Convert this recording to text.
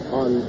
on